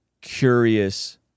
curious